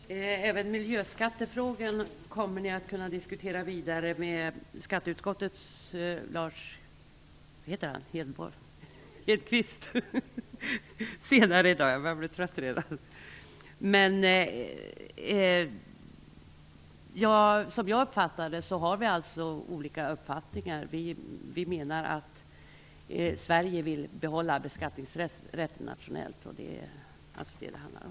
Herr talman! Även miljöskattefrågan kan ni diskutera vidare med skatteutkottets ordförande Lars Hedfors senare i dag. Men som jag ser det har vi alltså olika uppfattningar. Sverige vill behålla beskattningsrätten nationellt, och det är alltså vad det handlar om.